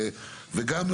וגם,